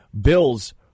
Bills